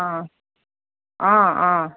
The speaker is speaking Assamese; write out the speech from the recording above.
অঁ অঁ অঁ